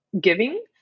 giving